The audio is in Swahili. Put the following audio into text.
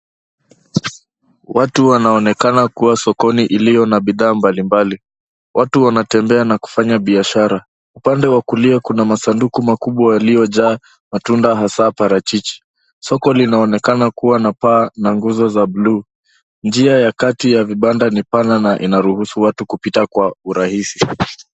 Watu wanaonekana kuwa sokoni iliyo na bidhaa mbalimbali. Watu wanatembea na kufanya biashara. Upande wa kulia kuna masanduku makubwa yaliyojaa matunda hasa parachichi. Soko linaonekana kuwa na paa na nguzo za bluu. Njia ya kati ya vibanda ni pana na inaruhusu watu kupita kwa urahisi.